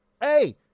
Hey